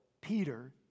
Peter